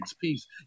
peace